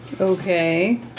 Okay